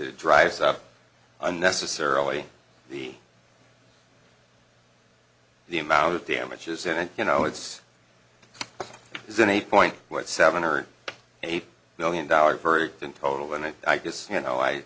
it drives up unnecessarily the the amount of damages and you know it's it's an eight point seven or eight million dollars verdict in total and i just you know i